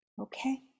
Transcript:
Okay